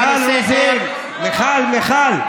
מדינת הלכה, הלכה המדינה.